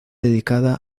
dedicada